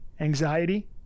Anxiety